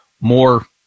more